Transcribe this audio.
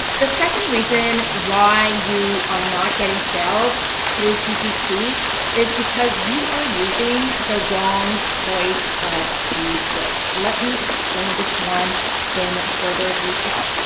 the second reason why and you are not getting sales through ppc is because you are using the wrong choice of keywords. let me explain this one in further detail.